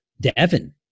devin